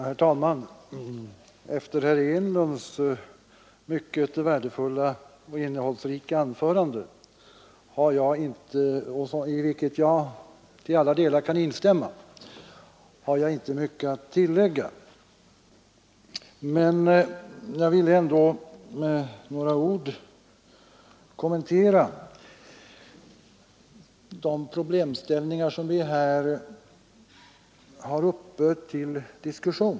Herr talman! Efter herr Enlunds värdefulla och innehållsrika anförande, i vilket jag till alla delar kan instämma, har jag inte mycket att tillägga. Jag vill ändå med några ord kommentera de problemställningar som vi här har uppe till diskussion.